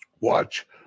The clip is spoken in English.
watch